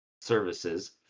services